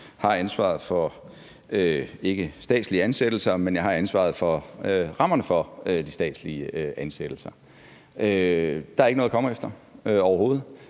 men for rammerne for de statslige ansættelser: Der er ikke noget at komme efter,